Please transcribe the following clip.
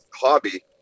hobby